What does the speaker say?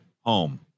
home